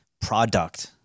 product